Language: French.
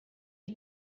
est